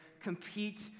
compete